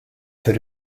fir